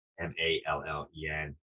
m-a-l-l-e-n